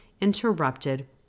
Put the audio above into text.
interrupted